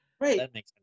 Right